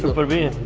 will be